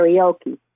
karaoke